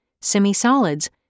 semi-solids